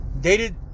Dated